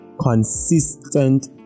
consistent